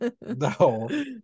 no